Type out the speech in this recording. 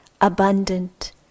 abundant